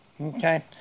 okay